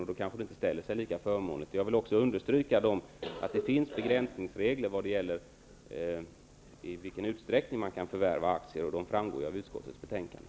Då kanske det inte ställer sig lika förmånligt. Jag vill också understryka att det finns begränsningsregler för i vilken utsträckning man kan förvärva aktier. De framgår av utskottets betänkande.